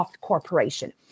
Corporation